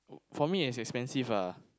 for me it's expensive